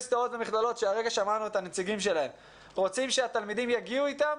שהמוסדות האקדמיים רוצים שהתלמידים יגיעו איתם,